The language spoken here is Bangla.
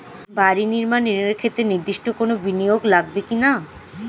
বাড়ি নির্মাণ ঋণের ক্ষেত্রে নির্দিষ্ট কোনো বিনিয়োগ লাগবে কি না?